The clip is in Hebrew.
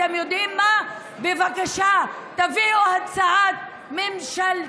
אתם יודעים מה, בבקשה, תביאו הצעה ממשלתית